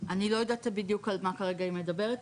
אני לא יודעת בדיוק על מה כרגע היא מדברת,